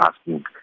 asking